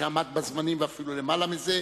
שעמד בזמנים ואף למעלה מזה.